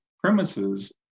premises